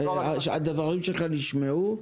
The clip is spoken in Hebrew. הדברים שלך נשמעו,